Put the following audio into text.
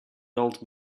old